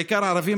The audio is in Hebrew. אלה בעיקר ערבים,